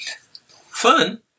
Fun